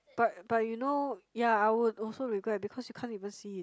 but but you know ya I would also regret because you can't even see it